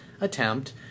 attempt